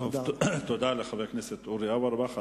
תודה לחבר הכנסת אורי אורבך.